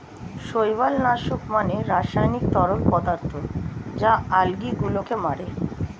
শৈবাল নাশক মানে রাসায়নিক তরল পদার্থ যা আলগী গুলোকে মারে